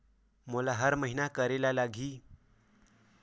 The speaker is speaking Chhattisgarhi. मोला हर महीना करे ल लगही?